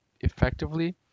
effectively